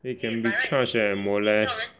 he can be charged leh molest